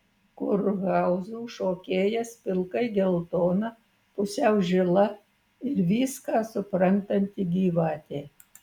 kurhauzų šokėjas pilkai geltona pusiau žila ir viską suprantanti gyvatė